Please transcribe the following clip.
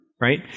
right